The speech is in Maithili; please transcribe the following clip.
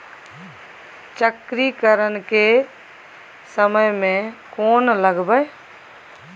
चक्रीकरन के समय में कोन लगबै?